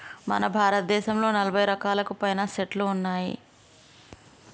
మన భారతదేసంలో నలభై రకాలకు పైనే సెట్లు ఉన్నాయి